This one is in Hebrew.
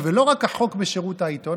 ולא רק החוק בשירות העיתון.